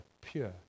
pure